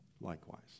likewise